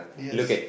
yes